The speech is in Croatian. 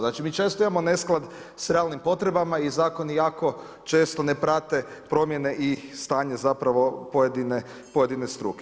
Znači mi često imamo nesklad sa realnim potrebama i zakoni jako često ne prate promjene i stanje zapravo pojedine struke.